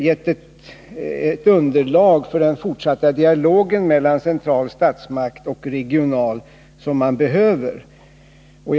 Vi har fått ett underlag för den fortsatta dialog mellan central statsmakt och regionala myndigheter som är nödvändig.